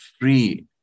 free